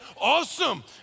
awesome